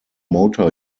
motor